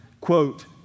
quote